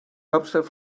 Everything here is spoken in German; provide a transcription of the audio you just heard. hauptstadt